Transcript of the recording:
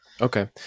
Okay